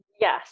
Yes